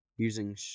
using